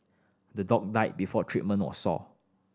the dog died before treatment was sought